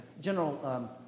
general